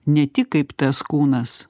ne tik kaip tas kūnas